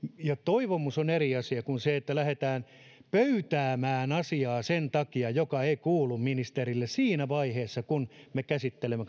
ja toivomus on eri asia kuin se että lähdetään pöytäämään asiaa sen takia mikä ei kuulu ministerille siinä vaiheessa kun me käsittelemme